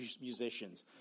musicians